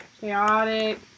chaotic